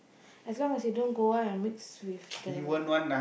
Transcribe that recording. as long as he don't go out and mix with the